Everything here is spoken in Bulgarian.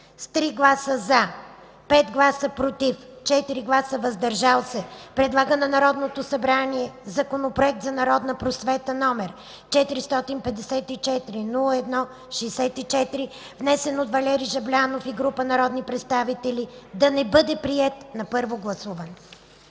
с 3 гласа – „за”, 5 гласа – „против”, и 4 гласа – „въздържали се”, предлага на Народното събрание Законопроект за народната просвета, № 454-01-64, внесен от Валери Жаблянов и група народни представители, да не бъде приет на първо гласуване.”